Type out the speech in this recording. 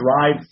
drive